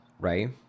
Right